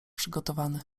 przygotowany